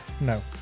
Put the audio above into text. no